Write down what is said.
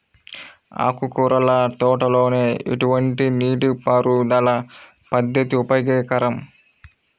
ఆకుకూరల తోటలలో ఎటువంటి నీటిపారుదల పద్దతి ఉపయోగకరం?